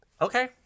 Okay